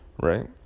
right